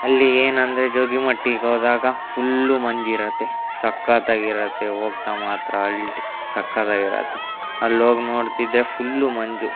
ಅಲ್ಲಿ ಏನಂದರೆ ಜೋಗಿಮಟ್ಟಿಗೋದಾಗ ಫುಲ್ಲು ಮಂಜಿರುತ್ತೆ ಸಕ್ಕತ್ತಾಗಿರುತ್ತೆ ಹೋಗ್ತಾ ಮಾತ್ರ ಅಲ್ಟಿ ಸಕ್ಕತ್ತಾಗಿರುತ್ತೆ ಅಲ್ಲೋಗಿ ನೋಡ್ತಿದ್ದರೆ ಫುಲ್ಲು ಮಂಜು